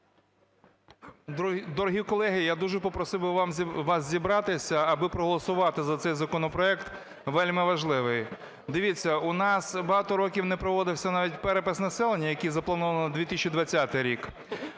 Дорогі колеги, я дуже попросив би вас зібратися аби проголосувати за цей законопроект вельмиважливий. Дивіться, у нас багато років не проводився навіть перепис населення, який запланований на 2020 рік,